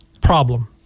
problem